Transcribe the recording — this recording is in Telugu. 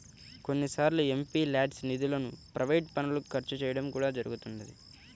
కొన్నిసార్లు ఎంపీల్యాడ్స్ నిధులను ప్రైవేట్ పనులకు ఖర్చు చేయడం కూడా జరుగుతున్నది